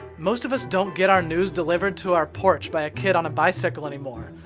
most of us don't get our news delivered to our porch by a kid on a bicycle, anymore.